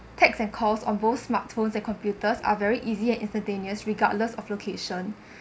texts and calls on both smartphones and computers are very easy and instantaneous regardless of location